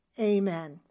amen